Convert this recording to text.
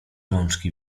rączki